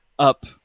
up